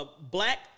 black